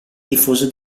tifoso